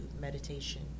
meditation